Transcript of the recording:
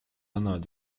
annavad